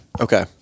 Okay